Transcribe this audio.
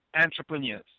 entrepreneurs